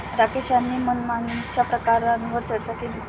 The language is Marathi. राकेश यांनी मनमानीच्या प्रकारांवर चर्चा केली